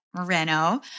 Moreno